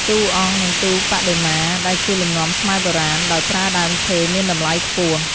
ទូអង្គ និងទូបដិមា ដែលជាលំនាំខ្មែរបុរាណ ដោយប្រើដើមឈើមានតម្លៃខ្ពស់។